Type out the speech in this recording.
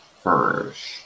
first